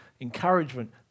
encouragement